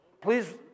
Please